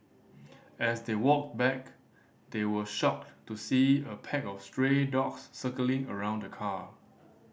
as they walked back they were shocked to see a pack of stray dogs circling around the car